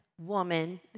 woman